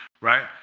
Right